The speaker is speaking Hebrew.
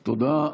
תודה.